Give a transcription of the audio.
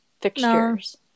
fixtures